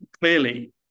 clearly